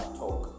talk